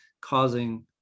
causing